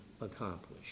accomplished